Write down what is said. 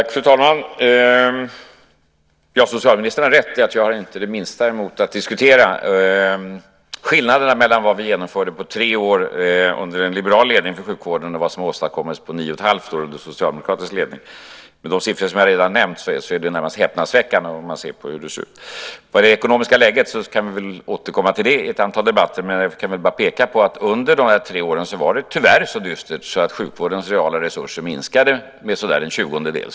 Fru talman! Socialministern har rätt i att jag inte har det minsta emot att diskutera skillnaderna mellan vad vi genomförde på tre år under en liberal ledning för sjukvården och vad som har åstadkommits på nio och ett halvt år under socialdemokratisk ledning. De siffror som jag redan har nämnt är närmast häpnadsväckande. Det ekonomiska läget kan man väl återkomma i ett antal debatter. Låt mig dock bara peka på att det under dessa tre år tyvärr var så dystert att sjukvårdens reala resurser minskade med omkring en tjugondedel.